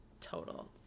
total